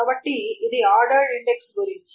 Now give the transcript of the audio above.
కాబట్టి ఇది ordered index గురించి